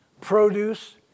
produce